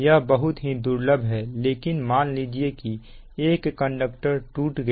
यह बहुत ही दुर्लभ है लेकिन मान लीजिए कि एक कंडक्टर टूट गया